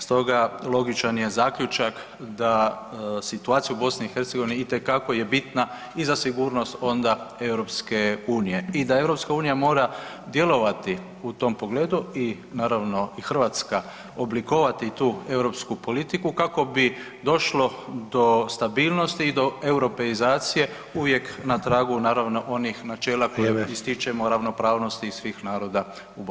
Stoga logičan je zaključak da situacija u BiH itekako je bitna i za sigurnost onda EU i da EU mora djelovati u tom pogledu i naravno i Hrvatska oblikovati tu europsku politiku kako bi došlo do stabilnosti i do europeizacije uvijek na tragu naravno onih načela kojim ističemo ravnopravnost i svih naroda u BiH.